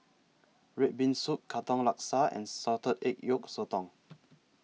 Red Bean Soup Katong Laksa and Salted Egg Yolk Sotong